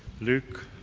luke